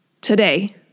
today